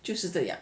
就是这样